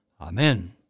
Amen